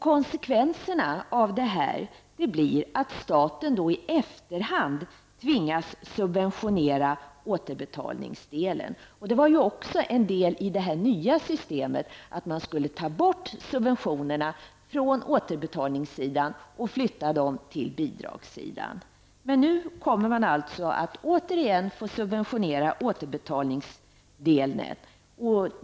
Konsekvenserna av detta blir att staten i efterhand tvingas subventionera återbetalningsdelen. Det var också en del i det nya systemet, att man skulle ta bort subventionerna från återbetalningssidan och flytta dem till bidragssidan. Nu kommer man alltså att återigen få subventionera återbetalningsdelen.